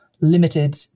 limited